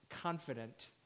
confident